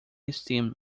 esteem